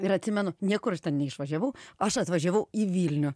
ir atsimenu niekur aš ten neišvažiavau aš atvažiavau į vilnių